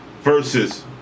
versus